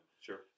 Sure